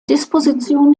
disposition